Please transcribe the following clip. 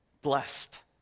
blessed